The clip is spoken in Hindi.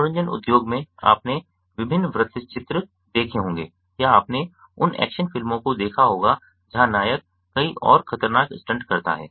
मनोरंजन उद्योग में आपने विभिन्न वृत्तचित्र देखे होंगे या आपने उन एक्शन फिल्मों को देखा होगा जहां नायक कई और खतरनाक स्टंट करता है